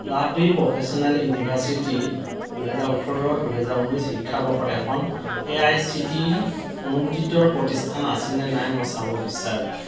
Lovely Professional University দুহেজাৰ ওঠৰ দুহেজাৰ ঊনৈছ শিক্ষাবৰ্ষত এখন A I C T E অনুমোদিত প্ৰতিষ্ঠান আছিলনে নাই মই চাব বিচাৰোঁ